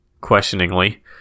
questioningly